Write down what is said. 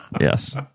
Yes